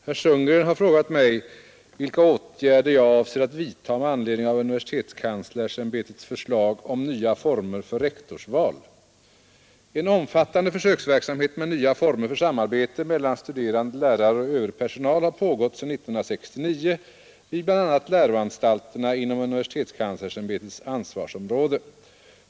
Fru talman! Herr Sundgren har frågat mig vilka åtgärder jag avser att vidta med anledning av universitetskanslersämbetets förslag om nya former för rektorsval. En omfattande försöksverksamhet med nya former för samarbete mellan studerande, lärare och övrig personal har pågått sedan 1969 vid bl.a. läroanstalterna inom universitetskanslersämbetets ansvarsområde.